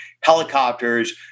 helicopters